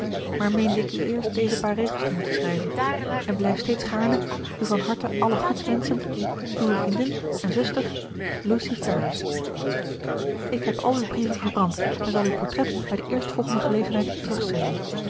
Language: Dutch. ik u eerst deze paar regels te moeten schrijven en blijf steeds gaarne u van harte alle goeds wenschend uwe vriendin en zuster lucy ferrars ik heb al uwe brieven verbrand en zal uw portret bij de eerstvolgende gelegenheid terugzenden